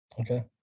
Okay